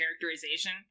characterization